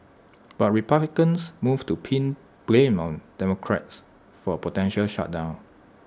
but republicans moved to pin blame on democrats for A potential shutdown